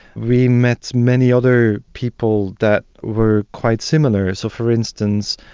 we met many other people that were quite similar. so, for instance,